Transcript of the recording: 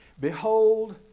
Behold